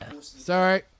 Sorry